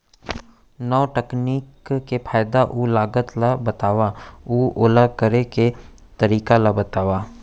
नवा तकनीक के फायदा अऊ लागत ला बतावव अऊ ओला करे के तरीका ला बतावव?